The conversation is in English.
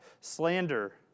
slander